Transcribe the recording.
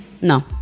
No